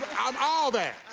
i'm all that.